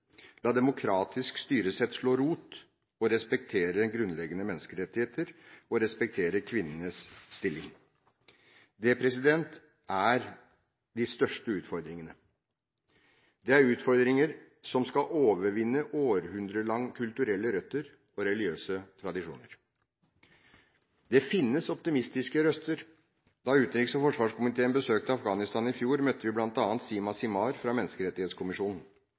la demokratisk styresett slå rot, respektere grunnleggende menneskerettigheter og respektere kvinnenes stilling? Det er de største utfordringene. Det er utfordringer som skal overvinne århundrelange kulturelle røtter og religiøse tradisjoner. Det finnes optimistiske røster. Da utenriks- og forsvarskomiteen besøkte Afghanistan i fjor, møtte vil bl.a. Sima Simar fra menneskerettighetskommisjonen.